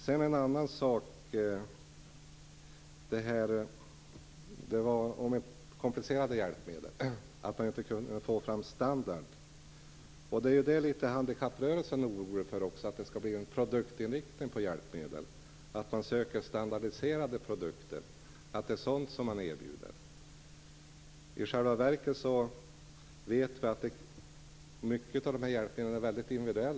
Det talades om komplicerade hjälpmedel och om att man inte kan få fram en standard. Handikapprörelsen är orolig för att det skall bli en produktinriktning på hjälpmedel och för att man skall söka och erbjuda standardiserade produkter. I själva verket vet vi att många av dessa hjälpmedel är högst individuella.